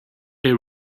they